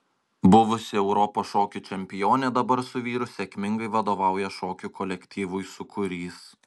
buvusi europos šokių čempionė dabar su vyru sėkmingai vadovauja šokių kolektyvui sūkurys